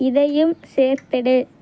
இதையும் சேர்த்திடு